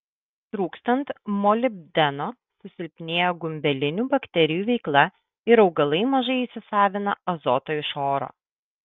trūkstant molibdeno susilpnėja gumbelinių bakterijų veikla ir augalai mažai įsisavina azoto iš oro